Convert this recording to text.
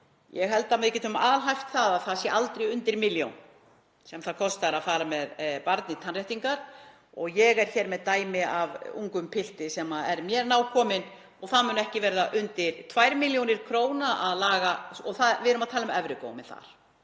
ég held að við getum alhæft að það sé aldrei undir milljón sem það kostar að fara með barn í tannréttingar. Ég er hér með dæmi af ungum pilti sem er mér nákominn og það mun ekki verða undir 2 millj. kr. að laga það og við erum að tala um efri góm þar,